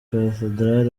cathedral